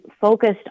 focused